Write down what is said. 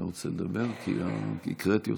תודה רבה, אדוני היושב-ראש.